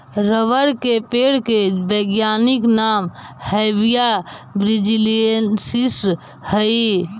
rubber के पेड़ के वैज्ञानिक नाम हैविया ब्रिजीलिएन्सिस हइ